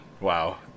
Wow